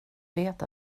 vet